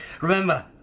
Remember